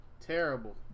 terrible